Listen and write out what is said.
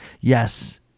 yes